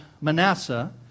Manasseh